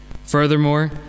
Furthermore